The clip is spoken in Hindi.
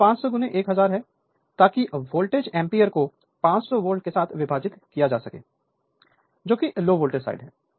तो यह 500 1000 है ताकि वोल्ट एम्पीयर को 500 वोल्ट के साथ विभाजित किया जा सके जोकि लो वोल्टेज साइड है